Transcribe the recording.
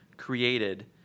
created